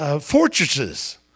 fortresses